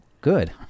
Good